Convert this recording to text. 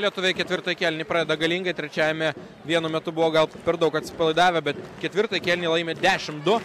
lietuviai ketvirtąjį kėlinį pradeda galingai trečiajame vienu metu buvo gal per daug atsipalaidavę bet ketvirtąjį kėlinį laimi dešimt du